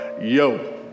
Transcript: Yo